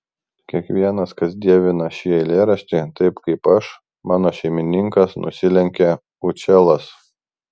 kiekvienas kas dievina šį eilėraštį taip kaip aš mano šeimininkas nusilenkė učelas